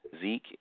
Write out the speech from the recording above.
Zeke